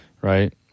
Right